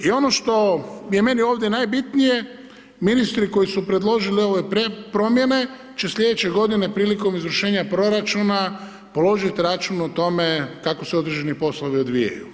I ono što je meni ovdje najbitnije, ministri koji su predložili ove promjene će slijedeće godine prilikom izvršenja proračuna položiti račun o tome kako se određeni poslovi odvijaju.